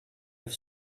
have